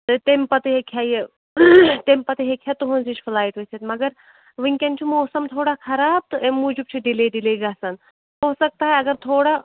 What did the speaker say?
تہٕ تَمہِ پَتہٕ ہیکہِ ہا یہِ تَمہِ پَتہٕ ہیٚکہِ ہا تُہٕنٛز ہِش فٕلایِٹ ؤتھِتھ مگر وُنکیٚن چھُ موسم تھوڑا خَراب تہٕ امہِ موٗجوٗب چھُ ڈِلیے ڈِلیے گَژھان ہو سکتا ہے اگر تھوڑا